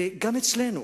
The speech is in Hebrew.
וגם אצלנו